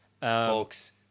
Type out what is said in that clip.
folks